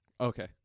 okay